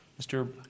Mr